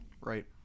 right